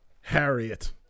Harriet